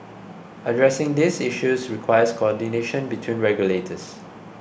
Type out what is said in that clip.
addressing these issues requires coordination between regulators